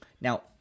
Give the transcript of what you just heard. Now